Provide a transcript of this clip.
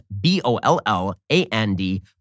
B-O-L-L-A-N-D